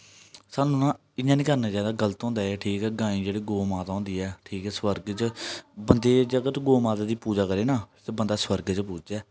सानूं ना इ'यां नेईं करना चाहिदा गलत होंदा ऐ ठीक ऐ गांईं जेह्ड़ी गौऽ माता होंदी ऐ ठीक ऐ स्वर्ग च बंदे जेकर बंदे तू गौऽ माता दी पूजा करै ना बंदा सुरग च पूजचै